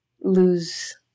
lose